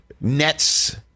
Nets